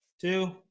two